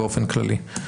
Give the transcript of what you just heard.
באופן כללי?